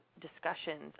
discussions